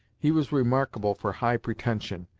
he was remarkable for high pretension,